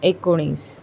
एकोणीस